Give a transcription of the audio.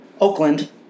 Oakland